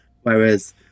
Whereas